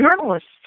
journalists